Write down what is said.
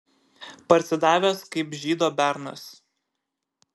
parsidavęs kaip žydo bernas